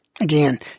again